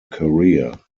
career